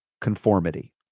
conformity